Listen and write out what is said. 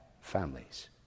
families